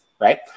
Right